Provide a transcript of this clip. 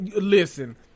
Listen